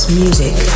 music